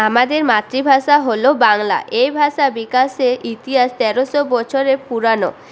আমাদের মাতৃ ভাষা হল বাংলা এই ভাষা বিকাশের ইতিহাস তেরোশো বছরের পুরানো